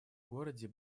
городе